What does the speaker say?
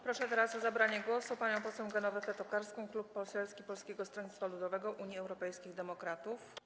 Proszę teraz o zabranie głosu panią poseł Genowefę Tokarską, Klub Poselski Polskiego Stronnictwa Ludowego - Unii Europejskich Demokratów.